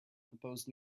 proposed